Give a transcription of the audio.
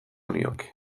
nioke